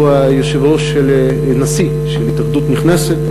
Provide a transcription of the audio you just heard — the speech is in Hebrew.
שהוא הנשיא של התאחדות התיירות הנכנסת,